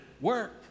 work